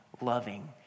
loving